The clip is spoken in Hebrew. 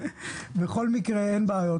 --- בכל מקרה אני מבין שאין בעיות,